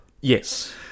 Yes